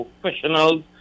professionals